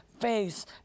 face